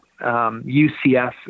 UCF